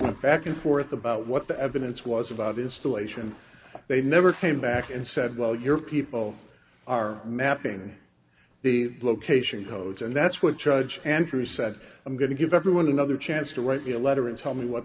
gone back and forth about what the evidence was about installation they never came back and said well your people are mapping the location codes and that's what charge andrew said i'm going to give everyone another chance to write me a letter and tell me what